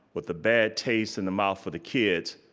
with the bad taste in the mouth of the kids,